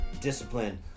discipline